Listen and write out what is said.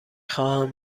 خواهم